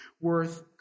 worth